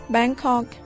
Bangkok